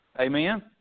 Amen